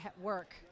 work